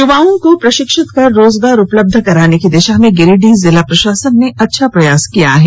युवाओं को प्रशिक्षित कर रोजगार उपलब्ध कराने की दिशा में गिरिडीह जिला प्रशासन ने अच्छा प्रयास किया है